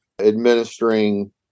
administering